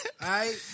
right